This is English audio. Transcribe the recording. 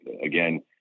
again